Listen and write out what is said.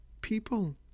people